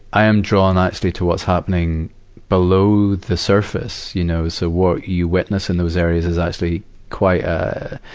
i am drawn ah actually to what's happening below the surface, you know. so what you witness in those areas in actually quite a, a,